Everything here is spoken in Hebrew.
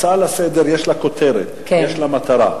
הצעה לסדר-היום יש לה כותרת, יש לה מטרה.